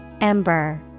Ember